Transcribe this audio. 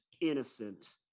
innocent